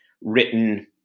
written